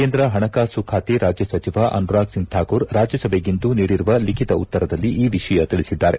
ಕೇಂದ್ರ ಹಣಕಾಸು ಖಾತೆ ರಾಜ್ಯ ಸಚಿವ ಅನುರಾಗ್ ಸಿಂಗ್ ಠಾಕೂರ್ ರಾಜ್ಯಸಭೆಗಿಂದು ನೀಡಿರುವ ಲಿಖಿತ ಉತ್ತರದಲ್ಲಿ ಈ ವಿಷಯ ತಿಳಿಸಿದ್ದಾರೆ